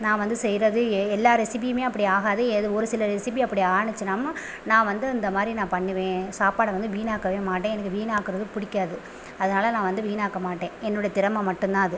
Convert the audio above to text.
நான் வந்து செய்கிறது எ எல்லா ரெசிபியுமே அப்படி ஆகாது ஏது ஒரு சில ரெசிபி அப்படி ஆணுச்சுனா நான் வந்து இந்த மாதிரி நான் பண்ணுவேன் சாப்பாடை வந்து வீணாக்கவே மாட்டேன் எனக்கு வீணாக்கிறதும் பிடிக்காது அதனால் நான் வந்து வீணாக்க மாட்டேன் என்னோடய திறமை மட்டும் தான் அது